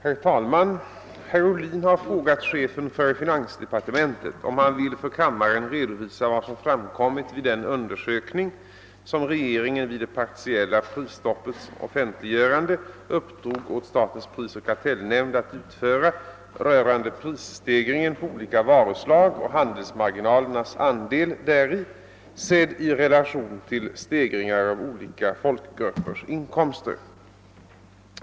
Herr talman! Herr Ohlin har frågat chefen för finansdepartementet, om han vill för kammaren redovisa vad som framkommit vid den undersökning som regeringen vid det partiella prisstoppets offentliggörande uppdrog åt statens prisoch kartellnämnd att utföra rörande prisstegringen på olika varuslag och handelsmarginalernas andel däri, sedd i relation till stegringar av olika folkgruppers inkomster.